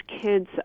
kids